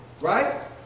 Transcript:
Right